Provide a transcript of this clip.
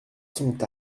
sont